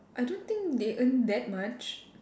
I don't think they earn that much